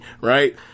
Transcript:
right